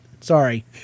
Sorry